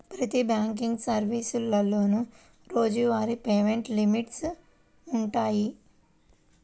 ప్రతి బ్యాంకింగ్ సర్వీసులోనూ రోజువారీ పేమెంట్ లిమిట్స్ వుంటయ్యి